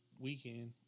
weekend